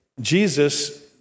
Jesus